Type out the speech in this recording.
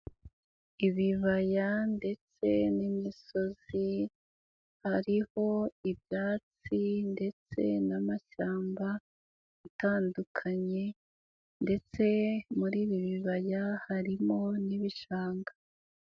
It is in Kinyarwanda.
Ibibaya ndetse n'imisozi hariho ibyatsi ndetse n'amashyamba atandukanye, ndetse muri ibi bibaya harimo n'ibishanga.